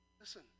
Listen